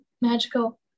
magical